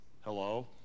Hello